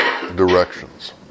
directions